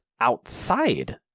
outside